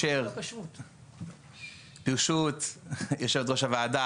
ברשות יושבת ראש הוועדה,